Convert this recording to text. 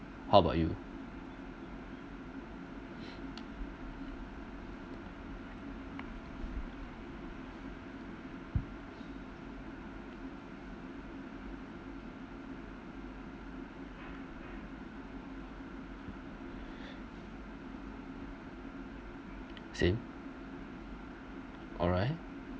how about you same alright